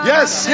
Yes